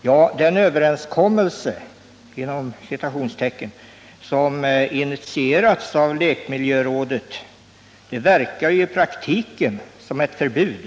Men den överenskommelse som initierats av lekmiljörådet verkar ju i praktiken som ett förbud.